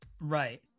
Right